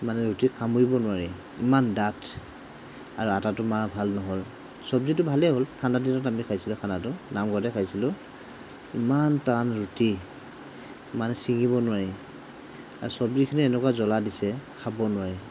মানে ৰুটি কামোৰিব নোৱাৰি ইমান ডাঠ আৰু আটাটো মৰা ভাল নহ'ল চব্জিটো ভালে হ'ল ঠাণ্ডা দিনত আমি খাইছিলোঁ খানাটো নামঘৰতে খাইছিলোঁ ইমান টান ৰুটি মানে চিঙিব নোৱাৰি আৰু চব্জিখিনি এনেকুৱা জ্বলা দিছে খাব নোৱাৰি